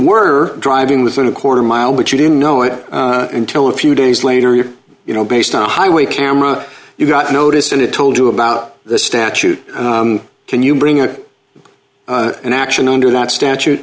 were driving within a quarter mile but you didn't know it until a few days later you know based on a highway camera you got notice and it told you about the statute can you bring a an action under that statu